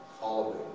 following